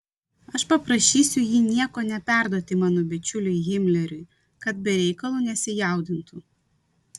aš paprašysiu jį nieko neperduoti mano bičiuliui himleriui kad be reikalo nesijaudintų